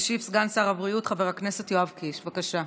ישיב סגן שר הבריאות חבר הכנסת יואב קיש, בבקשה.